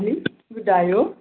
जी ॿुधायो